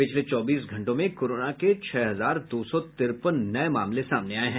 पिछले चौबीस घंटों में कोरोना के छह हजार दो सौ तिरपन नये मामले सामने आये हैं